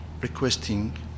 requesting